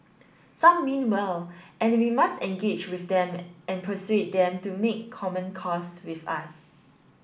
some mean well and we must engage with them and persuade them to make common cause with us